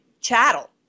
chattel